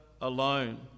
alone